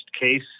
case